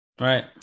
Right